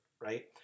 right